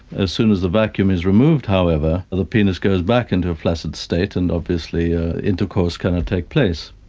as soon as the vacuum is removed however, the penis goes back into a flaccid state and obviously ah intercourse cannot take place.